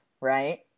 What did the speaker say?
right